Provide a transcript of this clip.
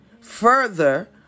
further